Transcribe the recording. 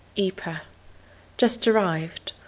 ypres just arrived,